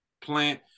plant